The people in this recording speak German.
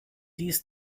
dies